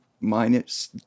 minus